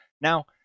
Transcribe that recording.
Now